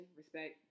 respect